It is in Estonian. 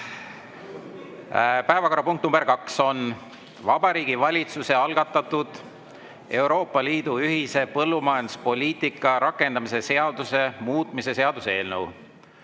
Päevakorrapunkt number kaks on Vabariigi Valitsuse algatatud Euroopa Liidu ühise põllumajanduspoliitika rakendamise seaduse muutmise seaduse eelnõu